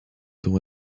dont